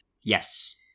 yes